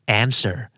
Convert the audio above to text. answer